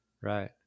Right